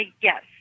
Yes